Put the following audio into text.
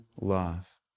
love